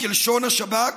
כלשון השב"כ,